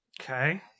Okay